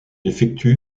effectue